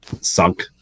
Sunk